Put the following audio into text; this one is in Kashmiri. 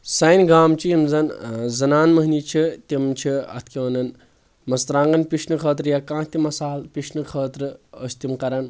سانہِ گامچہِ یِم زن زنانہ موہنی چھِ تِم چھِ اتھ کیاہ ونان مژروانٛگن پشنہٕ خٲطرٕ یا کانٛہہ تہِ مسال پشنہٕ خٲطرٕ ٲسۍ تِم کران